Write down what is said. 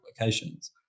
locations